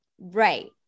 Right